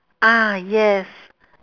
ah yes